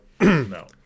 no